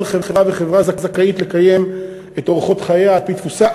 כל חברה וחברה זכאית לקיים את אורחות חייה על-פי דפוסה.